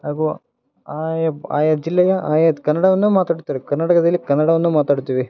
ಹಾಗೂ ಆಯಾ ಆಯಾ ಜಿಲ್ಲೆಯ ಆಯಾ ತ್ ಕನ್ನಡವನ್ನೂ ಮಾತಾಡುತ್ತಾರೆ ಕರ್ನಾಟಕದಲ್ಲಿ ಕನ್ನಡವನ್ನು ಮಾತಾಡುತ್ತೇವೆ